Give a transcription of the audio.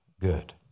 good